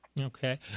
Okay